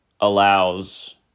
allows